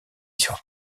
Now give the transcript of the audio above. sur